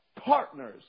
partners